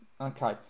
okay